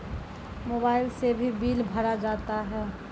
Mobile से भी bill भरा जाता हैं?